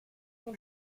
long